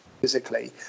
physically